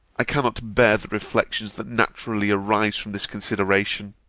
i cannot bear the reflections that naturally arise from this consideration.